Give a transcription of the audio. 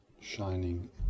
shining